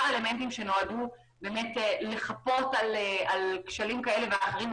אלמנטים שנועדו לחפות על כשלים כאלה ואחרים,